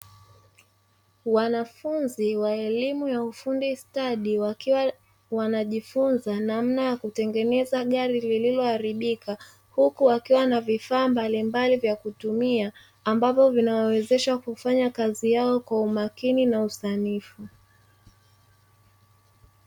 Wanafunzi wa elimu ya ufundi stadi wakiwa wanajifunza namna ya kutengeneza gari lililoharibika, huku wakiwa na vifaa mbalimbali vya kutumia ambavyo vinawawezesha kufanya kazi yao kwa makini na usanifu.